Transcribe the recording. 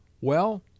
Well